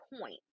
point